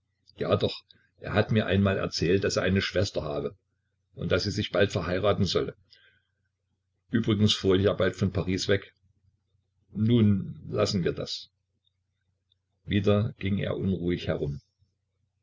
ja doch er hat mir einmal erzählt daß er eine schwester habe und daß sie sich bald verheiraten solle übrigens fuhr ich ja bald von paris weg nun lassen wir das wieder ging er unruhig herum